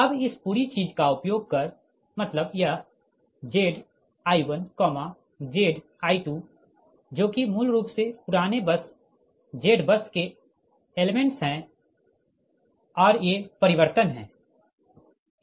अब इस पूरी चीज का उपयोग कर मतलब यह Zi1Zi2 जो कि मूल रूप से पुराने बस ZBUS के एलेमेंट्स है और ये परिवर्तन है